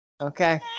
Okay